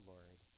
Lord